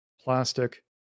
plastic